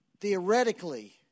Theoretically